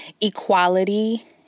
equality